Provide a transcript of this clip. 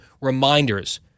reminders